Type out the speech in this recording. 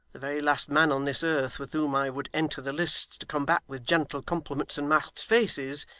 the very last man on this earth with whom i would enter the lists to combat with gentle compliments and masked faces,